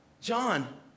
john